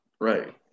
right